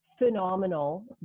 phenomenal